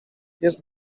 jest